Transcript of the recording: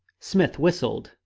smith whistled.